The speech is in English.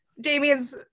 damien's